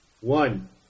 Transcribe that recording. One